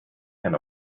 can